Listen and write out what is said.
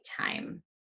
time